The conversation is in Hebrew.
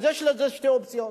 אז יש שתי אופציות: